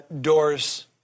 doors